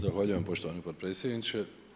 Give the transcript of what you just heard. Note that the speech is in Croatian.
Zahvaljujem poštovani potpredsjedniče.